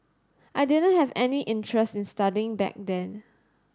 I didn't have any interest in studying back then